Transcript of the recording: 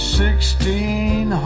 sixteen